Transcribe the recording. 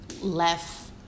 left